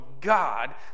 God